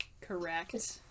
Correct